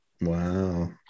wow